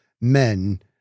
men